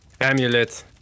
amulet